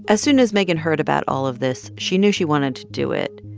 as soon as megan heard about all of this, she knew she wanted to do it.